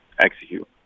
execute